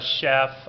chef